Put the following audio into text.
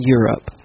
Europe